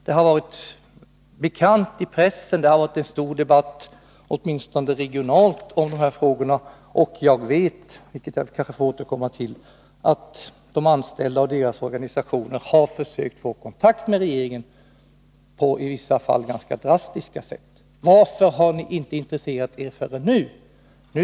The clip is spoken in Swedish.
Det har skrivits i pressen, och det har varit en stor debatt åtminstone regionalt om dessa frågor. Och vi vet — vilket jag kanske får återkomma till — att de anställda och deras organisationer har försökt få kontakt med regeringen på ett i vissa fall ganska drastiskt sätt. Varför har ni inte intresserat er för detta förrän nu?